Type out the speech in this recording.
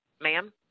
ma'am